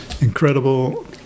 incredible